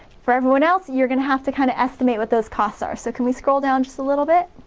for everyone else, you're gonna have to kinda estimate what those costs are. so can we scroll down just a little bit?